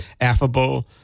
affable